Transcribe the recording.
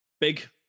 Big